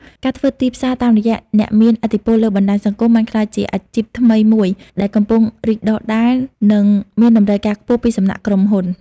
ការធ្វើទីផ្សារតាមរយៈអ្នកមានឥទ្ធិពលលើបណ្តាញសង្គម បានក្លាយជាអាជីពថ្មីមួយដែលកំពុងរីកដុះដាល និងមានតម្រូវការខ្ពស់ពីសំណាក់ក្រុមហ៊ុន។